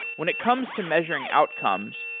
when it comes to measuring outcomes,